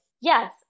yes